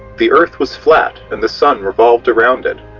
the earth was flat and the sun revolved around it,